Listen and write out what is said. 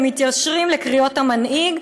ומתיישרים לקריאות המנהיג,